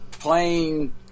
Playing